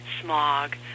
smog